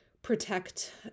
Protect